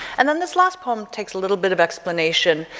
and then this last poem takes a little bit of explanation,